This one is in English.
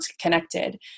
connected